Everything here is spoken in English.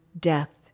death